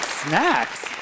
snacks